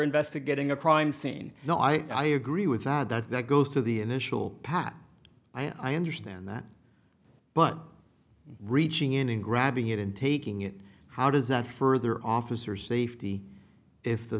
investigating a crime scene no i agree with that that goes to the initial pat i understand that but reaching in and grabbing it and taking it how does that further officer safety if the